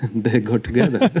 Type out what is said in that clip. they go together